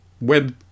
web